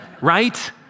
right